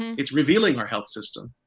it's revealing our health system.